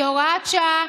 כהוראת שעה,